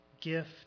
gift